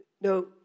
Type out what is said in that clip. No